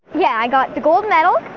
yeah, i got the gold medal,